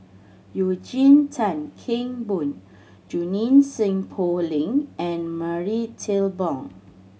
Eugene Tan Kheng Boon Junie Sng Poh Leng and Marie Ethel Bong